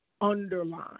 underline